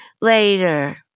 later